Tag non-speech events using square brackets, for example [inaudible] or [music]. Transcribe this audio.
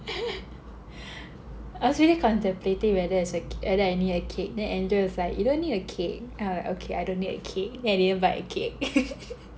[laughs] I was really contemplating whether it's okay whether I need a cake then Andrew was like you don't need a cake I was like okay I don't need a cake then I didn't buy a cake [laughs]